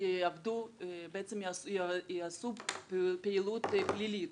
בעצם יעשו פעילות פלילית.